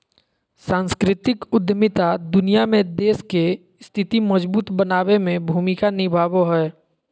सांस्कृतिक उद्यमिता दुनिया में देश के स्थिति मजबूत बनाबे में भूमिका निभाबो हय